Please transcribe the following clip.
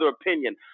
opinion